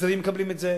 המצרים מקבלים את זה,